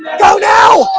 go now